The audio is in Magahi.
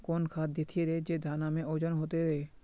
कौन खाद देथियेरे जे दाना में ओजन होते रेह?